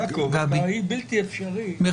יעקב, לצערי, בלתי אפשרי --- ששש, גבי.